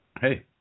hey